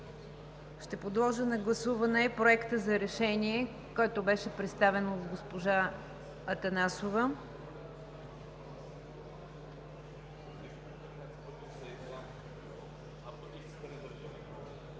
Ще подложа на гласуване Проекта за решение, който беше представен от госпожа Атанасова.